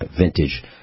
vintage